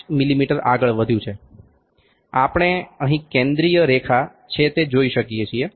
5 મીમી આગળ વધ્યું છે આપણે અહી કેન્દ્રીય રેખા છે તે જોઈ શકીએ છીએ